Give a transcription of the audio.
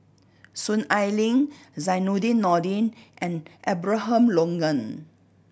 Soon Ai Ling Zainudin Nordin and Abraham Logan